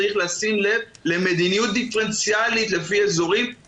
צריך לשים לב למדיניות דיפרנציאלית לפי אזורים,